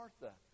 Martha